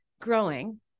growing